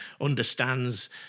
understands